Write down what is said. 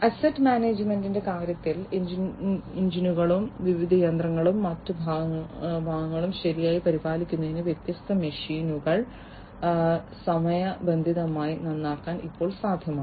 asset മാനേജ്മെന്റിന്റെ കാര്യത്തിൽ എഞ്ചിനുകളും വിവിധ യന്ത്രങ്ങളുടെ മറ്റ് ഭാഗങ്ങളും ശരിയായി പരിപാലിക്കുന്നതിന് വ്യത്യസ്ത മെഷീനുകൾ സമയബന്ധിതമായി നന്നാക്കാൻ ഇപ്പോൾ സാധ്യമാണ്